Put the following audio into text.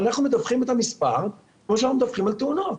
ואנחנו מדווחים את המספר כמו שאנחנו מדווחים על תאונות,